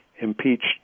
impeached